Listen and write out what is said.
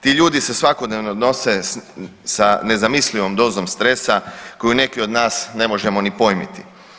Ti ljudi se svakodnevno nose sa nezamislivom dozom stresa koju neki od nas ne možemo ni pojmiti.